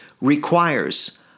requires